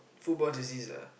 football disease ah